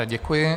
Děkuji.